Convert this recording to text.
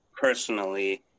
personally